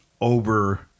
over